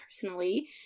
personally